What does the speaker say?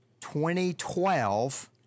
2012